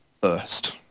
first